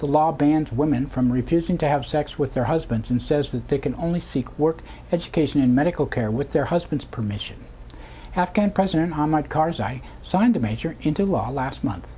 the law bans women from refusing to have sex with their husbands and says that they can only seek work education and medical care with their husband's permission afghan president hamid karzai signed a major into law last month